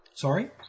Sorry